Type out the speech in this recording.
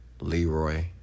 Leroy